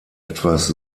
etwas